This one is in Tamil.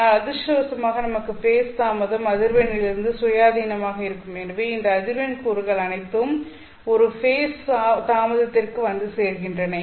ஆனால் அதிர்ஷ்டவசமாக நமக்கு ஃபேஸ் தாமதம் அதிர்வெண்ணிலிருந்து சுயாதீனமாக இருக்கும் எனவே இந்த அதிர்வெண் கூறுகள் அனைத்தும் ஒரே ஃபேஸ் தாமதத்திற்கு வந்து சேர்கின்றன